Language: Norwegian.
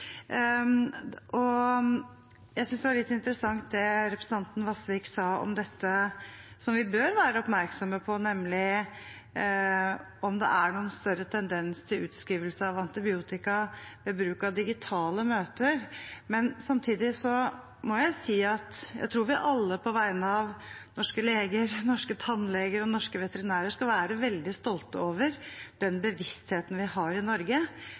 Jeg synes det var litt interessant det representanten Vasvik sa om det vi bør være oppmerksomme på, nemlig om det er noen større tendens til utskriving av antibiotika ved bruk av digitale møter. Samtidig må jeg si at jeg tror vi alle på vegne av norske leger, norske tannleger og norske veterinærer skal være veldig stolte over den bevisstheten vi har i Norge